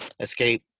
escape